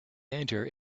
enter